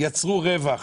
יצרו רווח